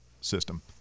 system